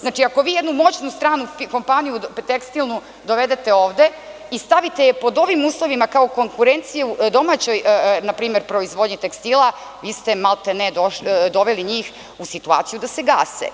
Znači, ako vi jednu moćnu stranu tekstilnu kompaniju dovedete ovde i stavite je pod ovim uslovima kao konkurenciju domaćoj proizvodnji tekstila, vi ste maltene doveli njih u situaciju da se gase.